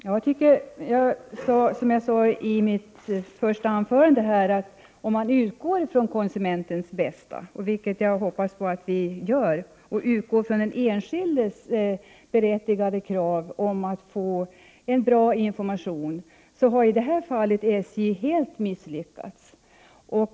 Herr talman! Jag tycker, som jag sade i mitt första anförande, att om man utgår från konsumentens bästa — vilket jag hoppas att vi gör — och från den enskildes berättigade krav på att få en bra information, så har i det här fallet SJ helt misslyckats.